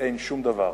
אין שום דבר.